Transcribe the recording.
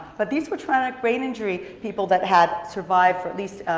but these were traumatic brain injury people that had survived for at least,